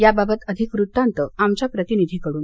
याबाबत अधिक वृत्तांत आमच्या प्रतिनिधीकडून